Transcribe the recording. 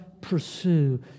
pursue